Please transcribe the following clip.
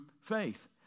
faith